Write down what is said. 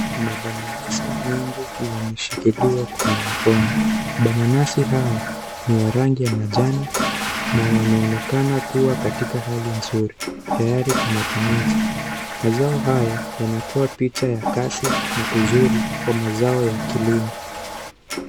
Mabananasi mingi yameshikiliwa kwenye mkono, mabananasi hao ni wa rangi wa majani na wanaonekana kuwa katika hali nzuri tayari kwa matumizi, mazao haya yanatoa pizza ya kasi na uzuri kwa mazao ya kilimo.